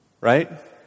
Right